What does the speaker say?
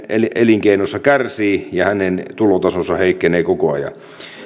elinkeinonsa kärsii ja hänen tulotasonsa heikkenee koko ajan